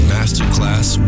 Masterclass